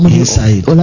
inside